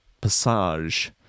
Passage